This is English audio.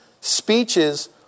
speeches